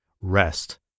rest